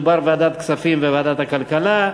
מדובר בוועדת הכספים ובוועדת הכלכלה.